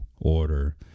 order